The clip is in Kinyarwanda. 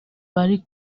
bari